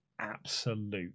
absolute